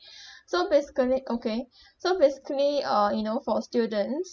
so basically okay so basically uh you know for a students